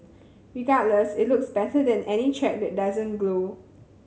regardless it looks better than any track that doesn't glow